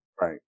Right